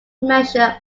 measure